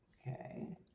Okay